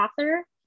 Author